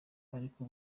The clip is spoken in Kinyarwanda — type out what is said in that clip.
ariko